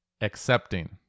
accepting